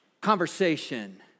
conversation